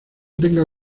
tengo